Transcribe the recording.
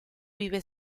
vive